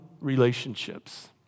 relationships